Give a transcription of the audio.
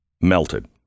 melted